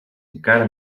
encara